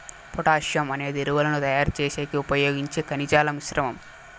potassium అనేది ఎరువులను తయారు చేసేకి ఉపయోగించే ఖనిజాల మిశ్రమం